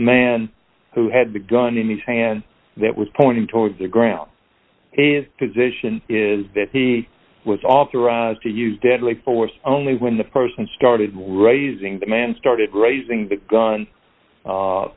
man who had the gun in his hand that was pointing towards the ground position is that he was authorized to use deadly force only when the person started raising the man started raising the gun